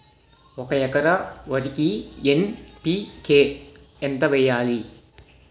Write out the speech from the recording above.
ఒక ఎకర వరికి ఎన్.పి కే ఎంత వేయాలి?